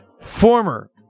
former